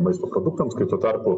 maisto produktams kai tuo tarpu